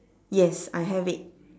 yes I have it